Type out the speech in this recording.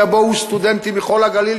ויבואו סטודנטים מכל הגליל,